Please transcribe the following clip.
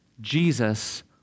Jesus